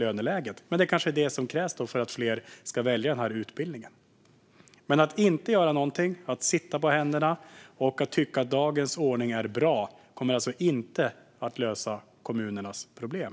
Men det är kanske det som krävs för att fler ska välja utbildningen. Men att inte göra någonting, att sitta på händerna och tycka att dagens ordning är bra, kommer inte att lösa kommunernas problem.